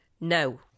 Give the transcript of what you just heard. No